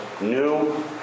new